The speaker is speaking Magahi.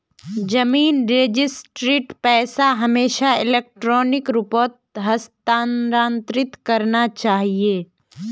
जमीन रजिस्ट्रीर पैसा हमेशा इलेक्ट्रॉनिक रूपत हस्तांतरित करना चाहिए